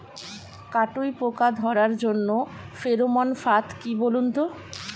কাটুই পোকা ধরার জন্য ফেরোমন ফাদ কি বলুন তো?